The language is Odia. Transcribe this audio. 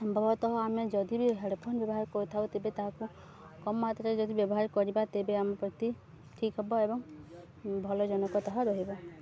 ସମ୍ଭବତଃ ଆମେ ଯଦି ବି ହେଡ଼୍ଫୋନ୍ ବ୍ୟବହାର କରିଥାଉ ତେବେ ତାହାକୁ କମ୍ ମାତ୍ରାରେ ଯଦି ବ୍ୟବହାର କରିବା ତେବେ ଆମ ପ୍ରତି ଠିକ୍ ହେବ ଏବଂ ରହିବା